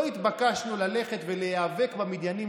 לא התבקשנו ללכת ולהיאבק במדיינים,